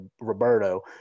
Roberto